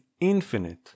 infinite